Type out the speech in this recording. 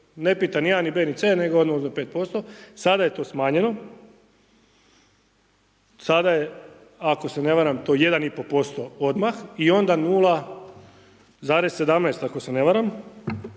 ne pita ni a, ni b, ni c nego odmah uzme 5%. Sada je to smanjeno, sada je ako se ne varam to 1,5% odmah i onda 0,17 ako se ne varam,